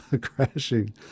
crashing